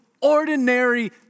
ordinary